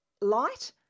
light